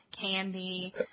Candy